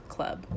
Club